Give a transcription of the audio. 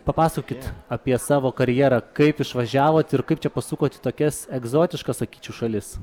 papasakokit apie savo karjerą kaip išvažiavot ir kaip čia pasukot į tokias egzotiškas sakyčiau šalis